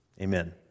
amen